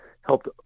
helped